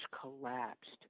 collapsed